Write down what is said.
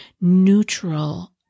neutral